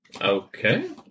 Okay